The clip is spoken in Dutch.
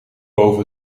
boven